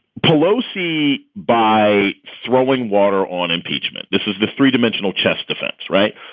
pelosi by throwing water on impeachment. this is the three dimensional chess defense, right?